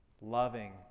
Loving